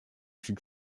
should